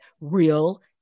real